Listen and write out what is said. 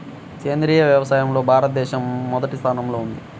సేంద్రీయ వ్యవసాయంలో భారతదేశం మొదటి స్థానంలో ఉంది